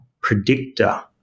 predictor